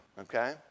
okay